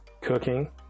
cooking